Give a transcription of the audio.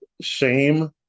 shame